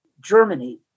Germany